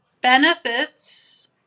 benefits